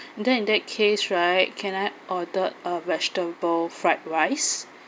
and then in that case right can I ordered a vegetable fried rice